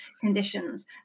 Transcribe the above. conditions